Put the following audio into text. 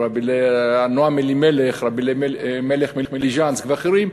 ורבי אלימלך מליז'נסק ואחרים,